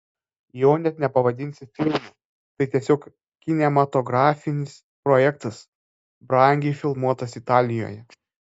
jo net nepavadinsi filmu tai tiesiog kinematografinis projektas brangiai filmuotas italijoje